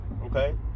okay